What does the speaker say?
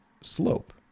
slope